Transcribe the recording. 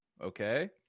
Okay